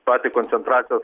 patį koncentracijos